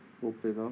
bo pian lor